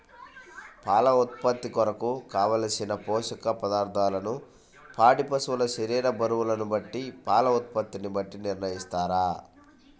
పాల ఉత్పత్తి కొరకు, కావలసిన పోషక పదార్ధములను పాడి పశువు శరీర బరువును బట్టి పాల ఉత్పత్తిని బట్టి నిర్ణయిస్తారా?